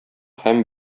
һәм